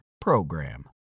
PROGRAM